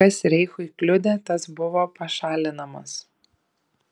kas reichui kliudė tas buvo pašalinamas